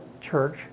church